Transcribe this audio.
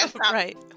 right